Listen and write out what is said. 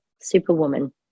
superwoman